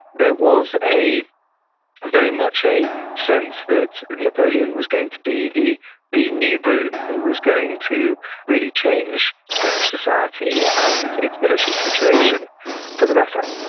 there was very much a sense that napoleon was going to be the the new broom who was going to really change french society and its military situation for the better